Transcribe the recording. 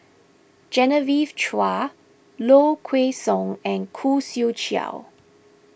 Genevieve Chua Low Kway Song and Khoo Swee Chiow